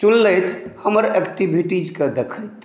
चुनलथि हमर एक्टिविटीजके देखैत